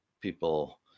People